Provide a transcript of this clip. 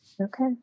Okay